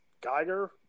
Geiger